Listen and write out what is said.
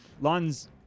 Lon's